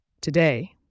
Today